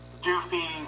doofy